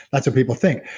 that's what people think.